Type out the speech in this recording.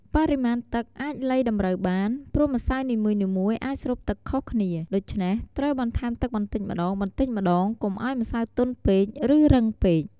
បរិមាណទឹកអាចលៃតម្រូវបាន ព្រោះម្សៅនីមួយៗអាចស្រូបទឹកខុសគ្នា ដូច្នេះត្រូវបន្ថែមទឹកបន្តិចម្តងៗ កុំឲ្យម្សៅទន់ពេក ឬរឹងពេក។